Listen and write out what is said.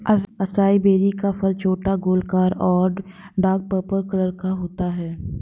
acai berry का फल छोटा, गोलाकार और डार्क पर्पल कलर का होता है